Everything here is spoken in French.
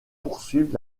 poursuivre